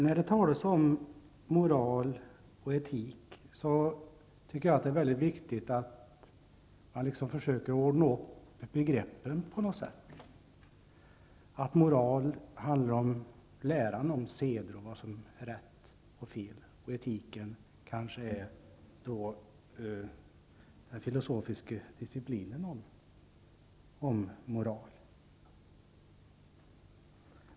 När det talas om moral och etik är det viktigt att man försöker ordna upp begreppen, så att moral handlar om läran om seder och vad som är rätt och fel. Etiken kanske är den filosofiska disciplinen om moral.